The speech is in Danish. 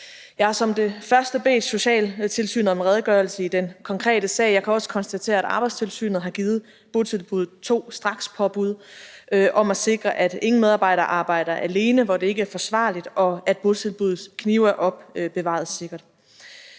Jeg har som det første bedt socialtilsynet om en redegørelse i den konkrete sag. Jeg kan også konstatere, at Arbejdstilsynet har givet botilbuddet to strakspåbud om at sikre, at ingen medarbejder arbejder alene, hvor det ikke er forsvarligt, og at botilbuddets knive er opbevaret sikkert.